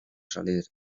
salir